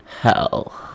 Hell